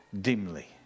dimly